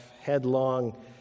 headlong